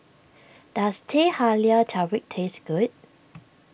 does Teh Halia Tarik taste good